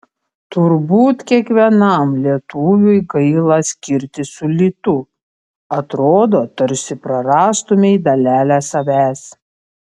turbūt kiekvienam lietuviui gaila skirtis su litu atrodo tarsi prarastumei dalelę savęs